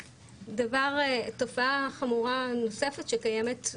תופעה חמורה נוספת שקיימת,